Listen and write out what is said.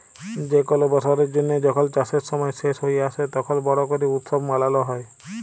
যে কল বসরের জ্যানহে যখল চাষের সময় শেষ হঁয়ে আসে, তখল বড় ক্যরে উৎসব মালাল হ্যয়